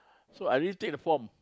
so I already take the form